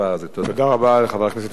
תודה רבה לחבר הכנסת ישראל אייכלר.